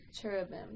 cherubim